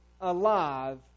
alive